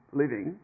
living